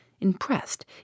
impressed